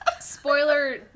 spoiler